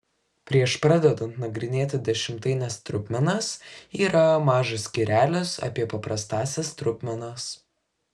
prieš pradedant nagrinėti dešimtaines trupmenas yra mažas skyrelis apie paprastąsias trupmenas